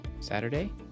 Saturday